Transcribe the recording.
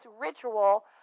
ritual